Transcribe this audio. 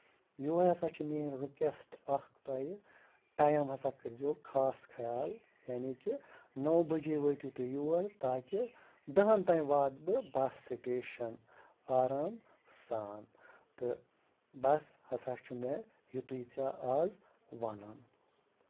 یِہوے ہسا چھِ میٲنۍ رِکویسٹ اکھ تۄہہِ ٹایم ہسا کٔرزیو خاص خیال یعنی کہِ نو بَجے وٲتِو تُہۍ یور تاکہِ دَہن تام واتہٕ بہٕ بَس سِٹیشن آرام سان تہٕ بَس ہسا چھُ مےٚ یِتُے ژےٚ آز وَنُن